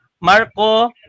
marco